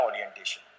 orientation